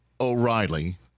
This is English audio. O'Reilly